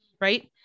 right